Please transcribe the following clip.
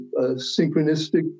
synchronistic